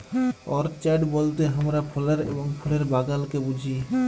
orchard বলতে হামরা ফলের এবং ফুলের বাগালকে বুঝি